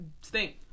stink